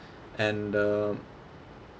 and um